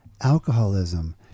alcoholism